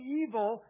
evil